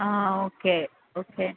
ആ okay okay